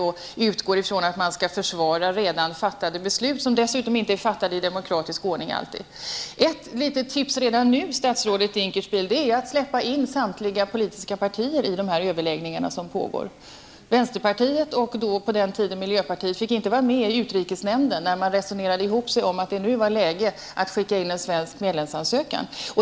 Man utgår ifrån att redan fattade beslut skall försvaras, beslut som dessutom inte alltid är fattade i demokratisk ordning. Ett tips redan nu, statsrådet Dinkelspiel, är att släppa in samtliga politiska partier till de pågående överläggningarna. Vänsterpartiet och miljöpartiet på sin tid fick inte vara med i utrikesnämnden när man resonerade ihop sig om att det var läge att skicka in en svensk medlemsansökan.